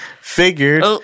Figured